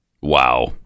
Wow